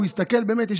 הוא הסתכל באמת,